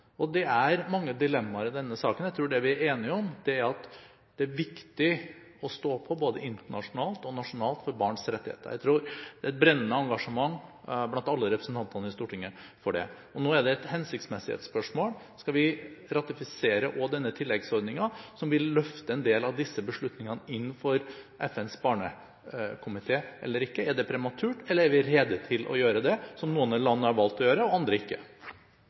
Det er mange dilemmaer i denne saken. Jeg tror det vi er enige om, er at det er viktig å stå på både internasjonalt og nasjonalt for barns rettigheter. Jeg tror at det er et brennende engasjement blant alle representantene i Stortinget for det. Nå er det et hensiktsmessighetsspørsmål: Skal vi ratifisere denne tilleggsordningen som vil løfte en del av disse beslutningene inn for FNs barnekomité, eller ikke? Er det prematurt, eller er vi rede til å gjøre det som noen land har valgt å gjøre, og andre ikke?